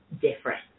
different